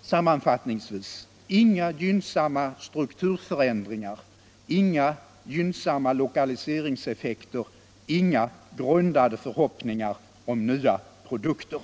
Sammanfattningsvis: Inga gynnsamma strukturförändringar, inga gynnsamma lokaliseringseffekter, inga grundade förhoppningar om nya produkter.